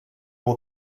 will